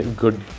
good